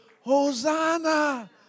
Hosanna